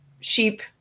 sheep